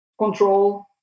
control